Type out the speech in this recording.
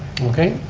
okay.